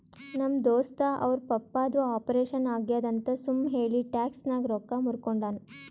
ನಮ್ ದೋಸ್ತ ಅವ್ರ ಪಪ್ಪಾದು ಆಪರೇಷನ್ ಆಗ್ಯಾದ್ ಅಂತ್ ಸುಮ್ ಹೇಳಿ ಟ್ಯಾಕ್ಸ್ ನಾಗ್ ರೊಕ್ಕಾ ಮೂರ್ಕೊಂಡಾನ್